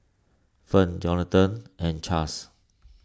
Fern Johathan and Chas